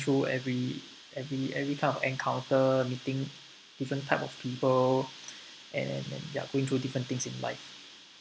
through every every every kind of encounter meeting different type of people and and ya going through different things in life